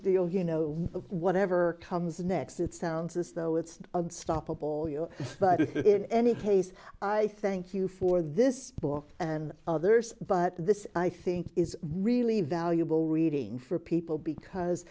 oh you know whatever comes next it sounds as though it's unstoppable you but in any case i thank you for this book and others but this i think is really valuable reading for people because